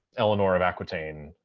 eleanor of aquitaine.